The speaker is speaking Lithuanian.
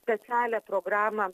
specialią programą